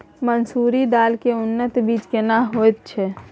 मन्सूरी धान के उन्नत बीज केना होयत छै?